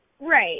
Right